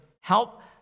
help